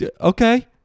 okay